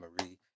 Marie